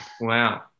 wow